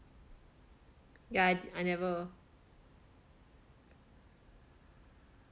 yeah I I never